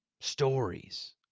stories